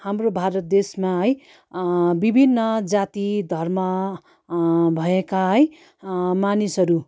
हाम्रो भारत देशमा है विभिन्न जाति धर्म भएका है मानिसहरू